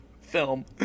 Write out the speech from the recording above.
film